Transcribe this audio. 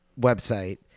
website